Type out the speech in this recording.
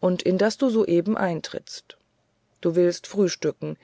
und in das du soeben eintrittst du willst frühstücken